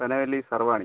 Panavalli സർവാണി